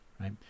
right